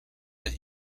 and